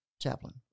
chaplain